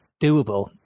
doable